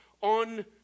on